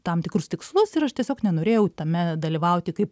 tam tikrus tikslus ir aš tiesiog nenorėjau tame dalyvauti kaip